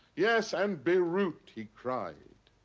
yes, and beirut! he cried.